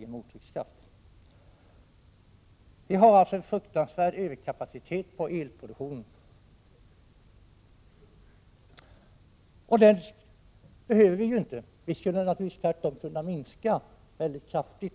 Elproduktionen har alltså en fruktansvärd överkapacitet, och den behöver vi inte. Tvärtom skulle vi naturligtvis kunna minska den kraftigt.